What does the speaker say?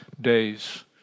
days